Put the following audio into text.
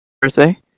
birthday